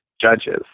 judges